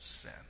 sin